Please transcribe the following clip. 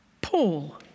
Paul